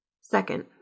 Second